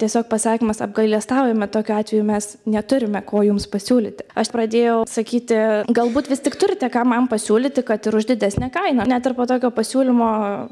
tiesiog pasakymas apgailestaujame tokiu atveju mes neturime ko jums pasiūlyti aš pradėjau sakyti galbūt vis tik turite ką man pasiūlyti kad ir už didesnę kainą net ir po tokio pasiūlymo